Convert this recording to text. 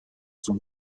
son